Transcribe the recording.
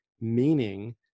meaning